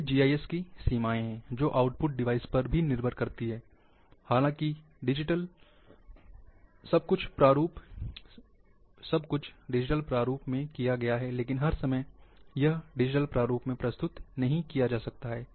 ये जीआईएस की सीमाएं हैं जो आउटपुट डिवाइस पर निर्भर करती है हालांकि डिजिटल सब कुछ रूप में किया गया लेकिन हर समय यह डिजिटल प्रारूप में प्रस्तुत नहीं किया जा सकता है